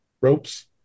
ropes